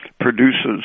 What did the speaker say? produces